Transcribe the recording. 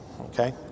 okay